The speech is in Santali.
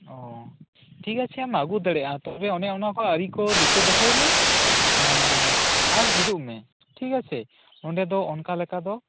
ᱚᱻ ᱴᱷᱤᱠ ᱟᱪᱷᱮᱢ ᱟᱹᱜᱩ ᱫᱟᱲᱮᱭᱟᱜ ᱟ ᱛᱚᱵᱮ ᱚᱱᱮ ᱚᱱᱟᱠᱚ ᱟᱹᱨᱤ ᱠᱚ ᱫᱤᱥᱟ ᱫᱚᱦᱚᱭ ᱡᱮ ᱮᱸ ᱟᱨ ᱦᱤᱡᱩᱜᱢᱮ ᱴᱷᱤᱠ ᱟᱪᱷᱮ ᱱᱚᱸᱰᱮ ᱫᱚ ᱚᱱᱠᱟ ᱞᱮᱠᱟ ᱫᱚ